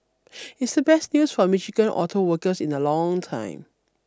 it's the best news for Michigan auto workers in a long time